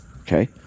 okay